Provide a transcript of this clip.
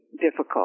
difficult